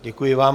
Děkuji vám.